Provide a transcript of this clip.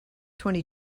twenty